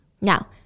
Now